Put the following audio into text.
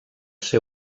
ser